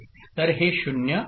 तर हे 0 आहे